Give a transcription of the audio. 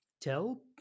tell